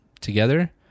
together